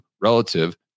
relative